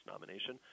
nomination